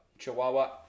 chihuahua